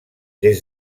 des